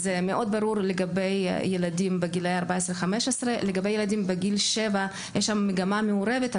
זה מאוד ברור לגבי ילדים בגילאי 15-14. לגבי ילדים בגיל שבע יש מגמה מעורבת,